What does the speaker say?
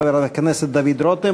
חבר הכנסת דוד רותם.